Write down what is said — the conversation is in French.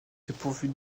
dépourvue